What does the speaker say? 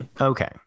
Okay